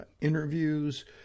interviews